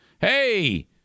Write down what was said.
hey